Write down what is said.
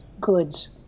goods